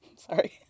Sorry